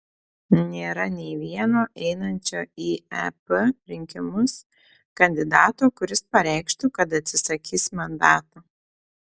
nėra nei vieno einančio į ep rinkimus kandidato kuris pareikštų kad atsisakys mandato